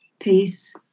peace